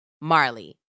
Marley